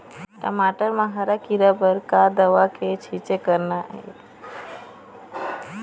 टमाटर म हरा किरा बर का दवा के छींचे करना ये?